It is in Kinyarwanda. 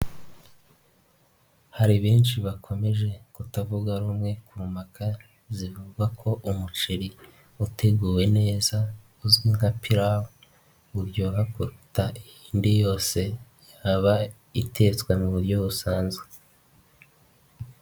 Hari benshi bakomeje kutavuga rumwe ku mpaka zivuga ko umuceri uteguwe neza uzwi nka pilawu ngo uryoha kuruta indi yose yaba itetswe mu buryo busanzwe.